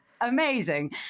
amazing